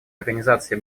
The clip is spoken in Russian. организации